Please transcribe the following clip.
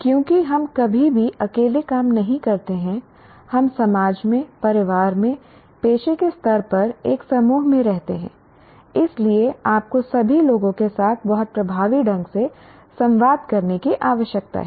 क्योंकि हम कभी भी अकेले काम नहीं करते हैं हम समाज में परिवार में पेशे के स्तर पर एक समूह में रहते हैं इसलिए आपको सभी लोगों के साथ बहुत प्रभावी ढंग से संवाद करने की आवश्यकता है